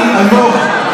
אלמוג,